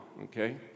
okay